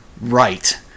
right